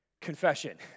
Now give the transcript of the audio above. Confession